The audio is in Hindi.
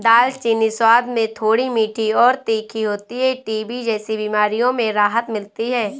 दालचीनी स्वाद में थोड़ी मीठी और तीखी होती है टीबी जैसी बीमारियों में राहत मिलती है